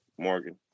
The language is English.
Morgan